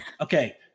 Okay